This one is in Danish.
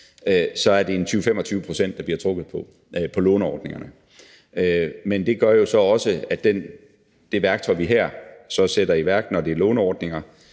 så er det 20-25 pct., der bliver trukket på i forhold til låneordningerne. Men det gør så også, at det værktøj, vi så her sætter i værk, når det er låneordninger,